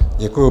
Děkuju.